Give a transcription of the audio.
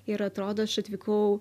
ir atrodo aš atvykau